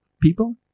people